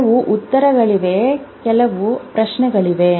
ಕೆಲವು ಉತ್ತರಗಳಿವೆ ಕೆಲವು ಪ್ರಶ್ನೆಗಳಿವೆ